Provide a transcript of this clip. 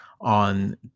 on